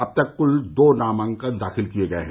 अब तक कुल दो नामांकन दाखिल किए गए हैं